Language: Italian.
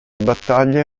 battaglie